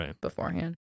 beforehand